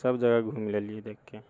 सभ जगह घूम लेलियै देखिके